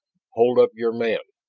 hold up your man!